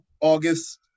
August